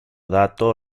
dato